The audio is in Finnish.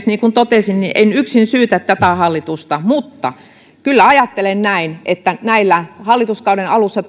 niin kuin totesin en syytä yksin tätä hallitusta mutta kyllä ajattelen näin että nämä hallituskauden alussa